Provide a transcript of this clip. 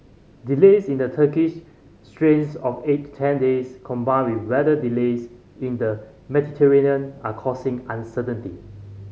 delays in the Turkish straits of eight ten days combined with weather delays in the Mediterranean are causing uncertainty